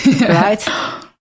Right